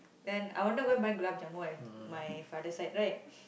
then I wanted to go and buy at my father side right